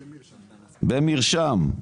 תרופות במרשם.